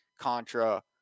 Contra